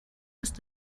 ist